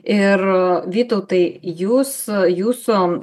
ir vytautai jūs jūsų